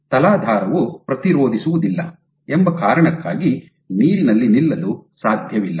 ತಲಾಧಾರವು ಪ್ರತಿರೋಧಿಸುವುದಿಲ್ಲ ಎಂಬ ಕಾರಣಕ್ಕಾಗಿ ನೀರಿನಲ್ಲಿ ನಿಲ್ಲಲು ಸಾಧ್ಯವಿಲ್ಲ